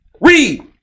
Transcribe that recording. Read